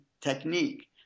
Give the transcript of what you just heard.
technique